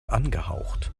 angehaucht